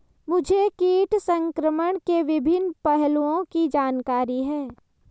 मुझे कीट संक्रमण के विभिन्न पहलुओं की जानकारी है